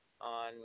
on